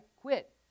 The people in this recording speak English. Quit